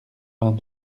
vingt